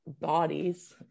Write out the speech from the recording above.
bodies